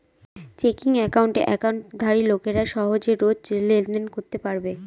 checking একাউণ্টে একাউন্টধারী লোকেরা সহজে রোজ লেনদেন করতে পারবে